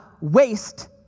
waste